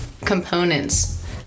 components